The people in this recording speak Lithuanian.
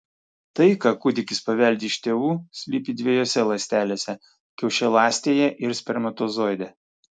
tai ką kūdikis paveldi iš tėvų slypi dviejose ląstelėse kiaušialąstėje ir spermatozoide